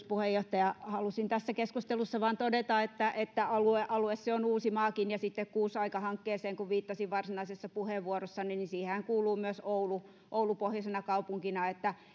puheenjohtaja halusin tässä keskustelussa vain todeta että että alue se on uusimaakin ja kun uusaika hankkeeseen viittasin varsinaisessa puheenvuorossani niin siihenhän kuuluu myös oulu oulu pohjoisena kaupunkina